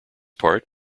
part